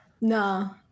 No